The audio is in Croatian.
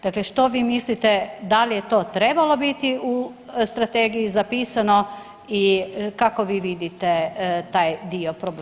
Dakle što vi mislite da li je to trebalo biti u strategiji zapisano i kako vi vidite taj dio problema?